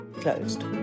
closed